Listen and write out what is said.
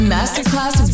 Masterclass